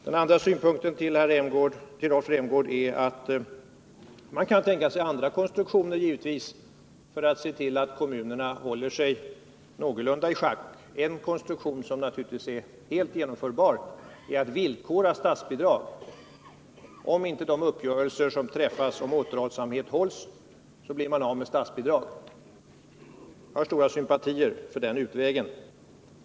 Den andra synpunkten till Rolf Rämgård: Man kan givetvis tänka sig andra konstruktioner för att se till att kommunerna hålls någorlunda i schack. En konstruktion som naturligtvis är helt genomförbar är att villkora statsbidrag — om inte de uppgörelser som träffas om återhållsamhet hålls så blir man av med statsbidraget. Jag har stora sympatier för den utvägen.